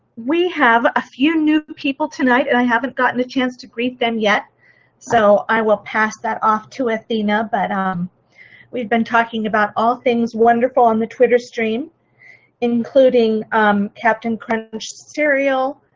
we have a few new people tonight and i haven't gotten a chance to greet them yet so i will pass that of to athena but um we've been talking about all things wonderful on the twitter stream including captain crunch cereal.